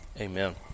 Amen